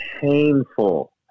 painful